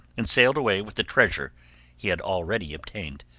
and sailed away with the treasure he had already obtained.